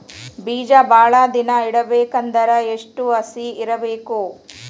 ಬೇಜ ಭಾಳ ದಿನ ಇಡಬೇಕಾದರ ಎಷ್ಟು ಹಸಿ ಇರಬೇಕು?